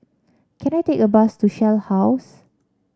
can I take a bus to Shell House